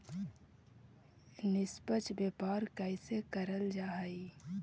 निष्पक्ष व्यापार कइसे करल जा हई